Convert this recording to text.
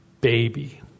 baby